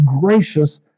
gracious